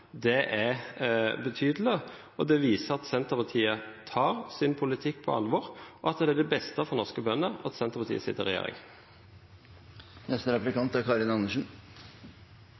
Det er betydelig, og det viser at Senterpartiet tar sin politikk på alvor, og at det er det beste for norske bønder at Senterpartiet sitter i regjering. SV og Senterpartiet er